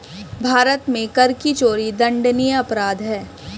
भारत में कर की चोरी दंडनीय अपराध है